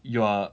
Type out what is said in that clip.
you are